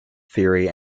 theory